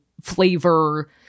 flavor